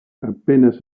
apenas